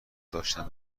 داشتم